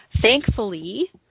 Thankfully